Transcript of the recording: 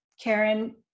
Karen